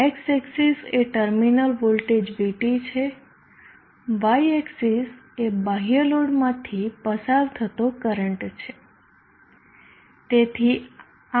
X axis એ terminal voltage VT છે y axis એ બાહ્ય લોડમાંથી પસાર થતો કરંટ છે